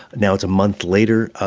now it's a month later. ah